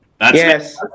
Yes